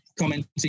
commenting